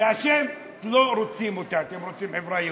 ואתם לא רוצים אותה, אתם רוצים חברה יהודית.